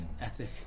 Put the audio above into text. ethic